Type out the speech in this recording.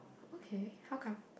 okay how come